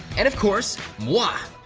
and, of course, moi.